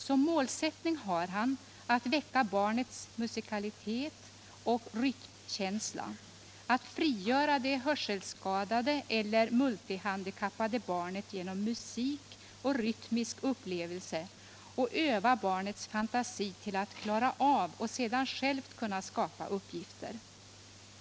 Som målsättning har han att väcka barnets musikalitet och rytmkänsla, att frigöra det hörselskadade eller multihandikappade barnet genom musik och rytmisk upplevelse och att öva barnets fantasi till att klara av och sedan självt kunna skapa uppgifter.